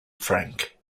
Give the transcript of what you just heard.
frank